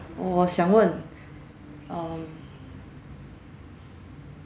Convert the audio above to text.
我想问 um